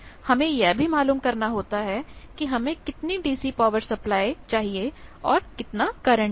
हमें यह भी मालूम करना होता है कि हमें कितनी डीसी पावर सप्लाई चाहिए और कितना करंट ड्रेन